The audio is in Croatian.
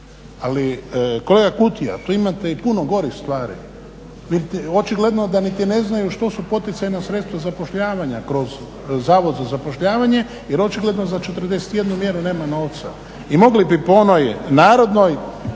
Ali kolega Kutija, tu imate i puno gorih stvari. Očigledno da niti ne znaju što su poticajna sredstva zapošljavanja kroz Zavod za zapošljavanje jer očigledno za 41 mjeru nema novca i mogli bi po onoj narodnoj,